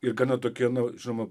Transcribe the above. ir gana tokie na žinoma